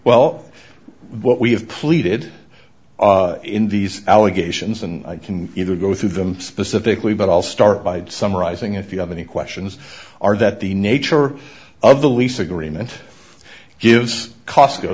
well what we have pleaded in these allegations and you can either go through them specifically but i'll start by summarizing if you have any questions are that the nature of the lease agreement gives cosco